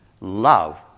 Love